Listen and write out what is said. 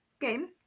game